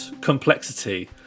complexity